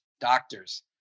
doctors